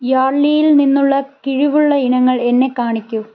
യാഡ്ലിയിൽ നിന്നുള്ള കിഴിവുള്ള ഇനങ്ങൾ എന്നെ കാണിക്കൂ